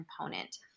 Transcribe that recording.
component